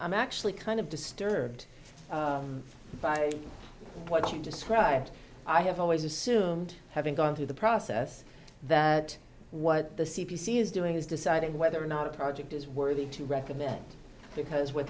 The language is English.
i'm actually kind of disturbed by what you described i have always assumed having gone through the process that what the c b c is doing is deciding whether or not a project is worthy to recommend because what